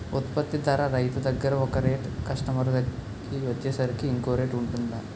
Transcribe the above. ఉత్పత్తి ధర రైతు దగ్గర ఒక రేట్ కస్టమర్ కి వచ్చేసరికి ఇంకో రేట్ వుంటుందా?